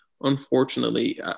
Unfortunately